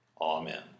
Amen